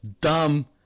dumb